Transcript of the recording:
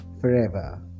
forever